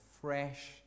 fresh